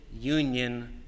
union